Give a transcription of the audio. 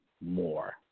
more